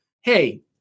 hey